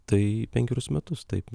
tai penkerius metus taip